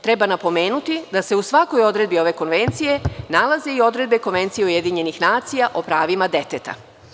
Treba napomenuti da se u svakoj odredbi ove konvencije nalaze i odredbe Konvencije UN o pravima deteta.